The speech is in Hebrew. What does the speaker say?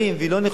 והיא לא נכונה,